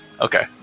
Okay